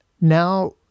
now